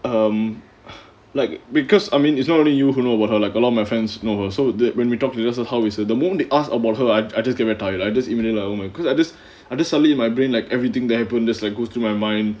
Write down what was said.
um like because I mean it's not only you who know about her like a lot of my friends know her so that when we talked together that's how we say the moment they ask about her ah I I just get very tired I just immediately like oh my because I just I just suddenly my brain like everything that happened just like go through my mind